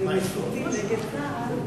אנחנו נצביע.